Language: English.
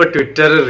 Twitter